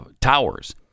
towers